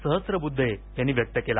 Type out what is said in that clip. सहस्त्रबुद्धे यांनी व्यक्त केला